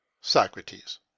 Socrates